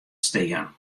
stean